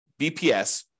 BPS